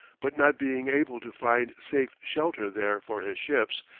but not being able to find safe shelter there for his ships,